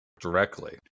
directly